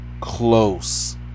close